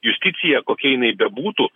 justicija kokia jinai bebūtų